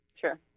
Sure